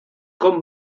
com